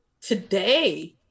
today